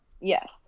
yes